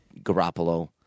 Garoppolo